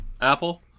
Apple